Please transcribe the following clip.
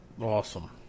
Awesome